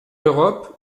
l’europe